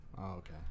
okay